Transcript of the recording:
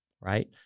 right